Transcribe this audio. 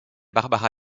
barbara